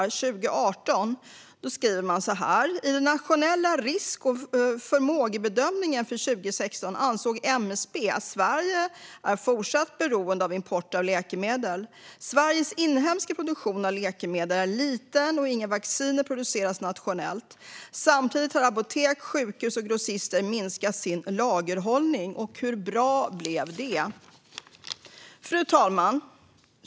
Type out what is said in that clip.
År 2018 skrev man så här: "I den nationella risk och förmågebedömningen för 2016 ansåg MSB att Sverige är fortsatt beroende av import av läkemedel. Sveriges inhemska produktion av läkemedel är liten och inga vacciner produceras nationellt. Samtidigt har apotek, sjukhus och grossister minskat sin lagerhållning." Hur bra blev det? Fru talman!